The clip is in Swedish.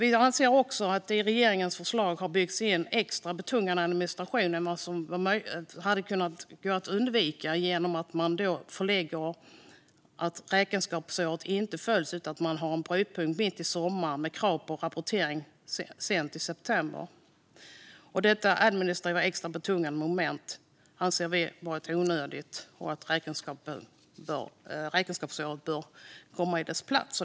I regeringens lagförslag har det byggts in extra betungande administration, och detta hade kunnat undvikas genom att inte lägga in en brytpunkt mitt i sommaren med krav på rapportering sent i september i stället för att följa räkenskapsåret. Detta administrativt extra betungande moment anser vi vara onödigt, och räkenskapsåret i stället tillämpas.